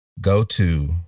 go-to